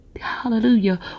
hallelujah